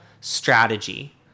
strategy